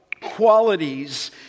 qualities